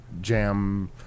jam